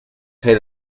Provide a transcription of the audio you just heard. pay